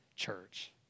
Church